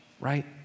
right